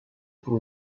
pour